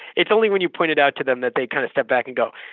it's only when you point it out to them, that they kind of step back and go,